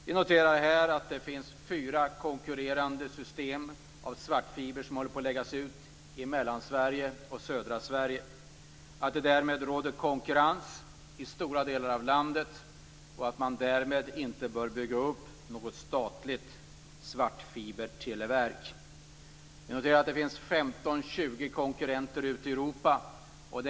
Vi noterar här att fyra konkurrerande system av svartfiber håller på att läggas ut i Mellansverige och i södra Sverige, att det därmed råder konkurrens i stora delar av landet och att man därmed inte bör bygga upp ett statligt svartfiberteleverk. Vi noterar att det finns 15-20 konkurrenter ute i Europa.